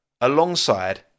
alongside